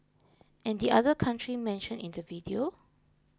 and the other country mentioned in the video